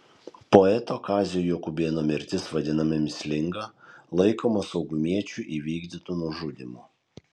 poeto kazio jakubėno mirtis vadinama mįslinga laikoma saugumiečių įvykdytu nužudymu